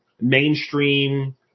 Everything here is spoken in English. mainstream